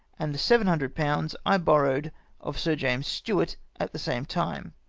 and the seven hundred pounds i borrowed of sir james stuart at the same time.